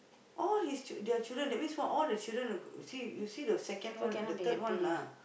all his ch~ their children that means what all the children will go you see you see the second the third one lah